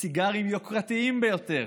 סיגרים יוקרתיים ביותר,